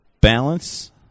balance